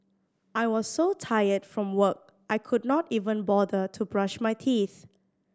I was so tired from work I could not even bother to brush my teeth